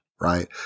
Right